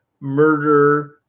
murder